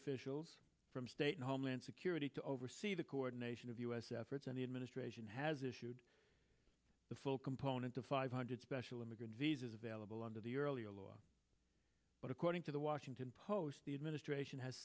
officials from state homeland security to oversee the coordination of u s efforts and the administration has issued the full component of five hundred special immigrant visas available under the earlier law but according to the washington post the administration has